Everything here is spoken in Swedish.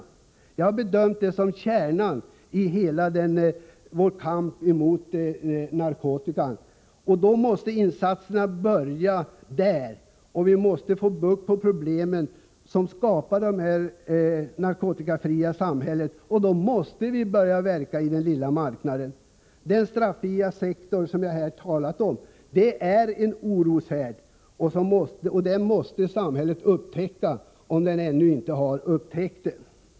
Detta har jag bedömt som kärnan i vår kamp mot narkotikan. Då måste insatserna börja där. Vi måste få bukt med problemen och skapa det narkotikafria samhället. Vi måste börja verka på den ”lilla marknaden”. Den straffria sektorn, som jag här talat om, är en oroshärd, och den måste samhället upptäcka om den ännu inte upptäckts.